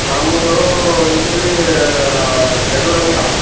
ನಮ್ಮದು ಇದು ರೀ ಚದುರಂಗ